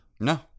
No